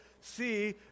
see